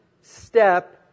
step